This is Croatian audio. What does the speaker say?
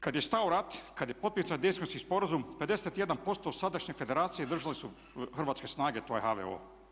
Kad je stao rat, kad je potpisan Daytonski sporazum 51% sadašnje federacije držale su Hrvatske snage, to je HVO.